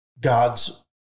God's